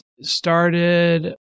started